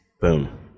Boom